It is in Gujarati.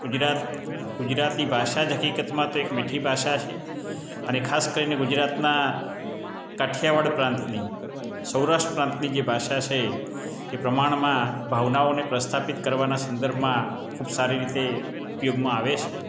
ગુજરાત ગુજરાતી ભાષા જ હકીકતમાં તો એક મીઠી ભાષા છે અને ખાસ કરીને ગુજરાતના કાઠિયાવાડ પ્રાંતની સૌરાષ્ટ્ર પ્રાંતની જે ભાષા છે કે પ્રમાણમાં ભાવનાઓને પ્રસ્થાપિત કરવાના સંદર્ભમાં ખૂબ સારી રીતે ઉપયોગમાં આવે છે